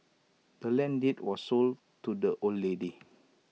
the land's deed was sold to the old lady